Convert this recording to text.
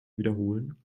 wiederholen